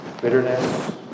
bitterness